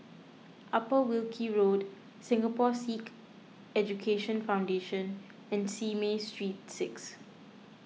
Upper Wilkie Road Singapore Sikh Education Foundation and Simei Street six